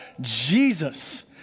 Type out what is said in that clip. Jesus